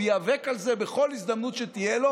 הוא ייאבק על זה בכל הזדמנות שתהיה לו.